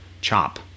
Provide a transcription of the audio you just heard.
chop